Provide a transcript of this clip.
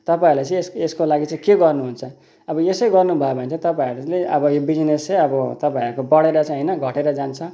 तपाईँहरूले चाहिँ यस यसको लागि चाहिँ के गर्नुहुन्छ अब यसै गर्नुभयो भने त तपाईँहरूले अब यो बिजनेस चाहिँ अब तपाईँहरूको बढेर चाहिँ होइन घटेर जान्छ